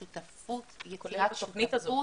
שותפות --- כולל בתוכנית הזאת.